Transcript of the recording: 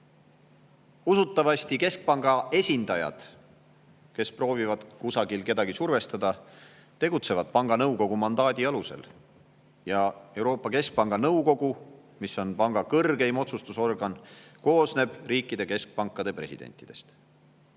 usutavasti keskpanga esindajad, kes proovivad kusagil kedagi survestada, tegutsevad panga nõukogu mandaadi alusel. Ja Euroopa Keskpanga nõukogu, mis on panga kõrgeim otsustusorgan, koosneb riikide keskpankade presidentidest.